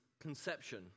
conception